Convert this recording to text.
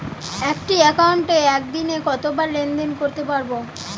একটি একাউন্টে একদিনে কতবার লেনদেন করতে পারব?